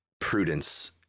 prudence